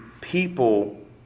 people